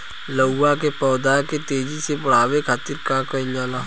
लउका के पौधा के तेजी से बढ़े खातीर का कइल जाला?